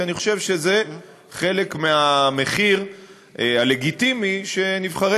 כי אני חושב שזה חלק מהמחיר הלגיטימי שנבחרי